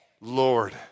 Lord